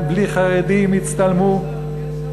בלי חרדים הצטלמו,